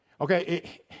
Okay